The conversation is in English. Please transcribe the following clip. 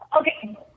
Okay